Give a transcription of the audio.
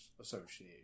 Association